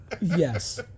yes